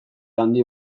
handi